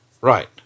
Right